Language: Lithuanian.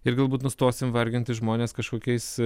ir galbūt nustosim varginti žmones kažkokiais